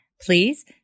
Please